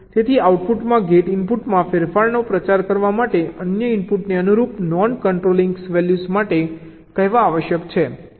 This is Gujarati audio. તેથી આઉટપુટમાં ગેટ ઇનપુટમાં ફેરફારનો પ્રચાર કરવા માટે અન્ય ઇનપુટને અનુરૂપ નોન કંટ્રોલિંગ વેલ્યૂઝ માટે કહેવા આવશ્યક છે